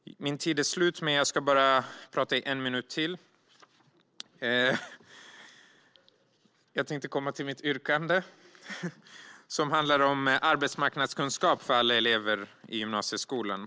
Min tid är slut, men jag ska bara prata i en minut till. Jag tänkte komma till mitt yrkande, som handlar om arbetsmarknadskunskap för alla elever i gymnasieskolan.